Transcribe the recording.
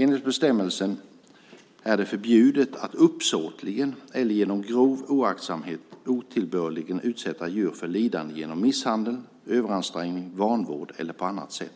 Enligt bestämmelsen är det förbjudet att uppsåtligen eller genom grov oaktsamhet otillbörligen utsätta djur för lidande genom misshandel, överansträngning, vanvård eller på annat sätt.